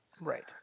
right